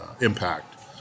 impact